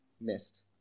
missed